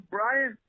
Brian